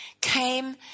came